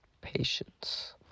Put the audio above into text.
patience